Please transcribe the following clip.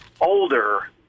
older